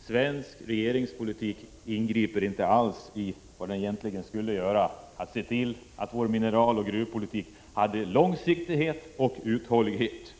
uttryck för att regeringen med sin politik inte alls ingriper där den egentligen borde göra det. Den borde se till att vår mineraloch gruvpolitik får långsiktighet och uthållighet.